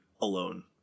alone